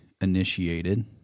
initiated